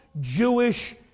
Jewish